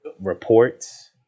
reports